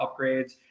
upgrades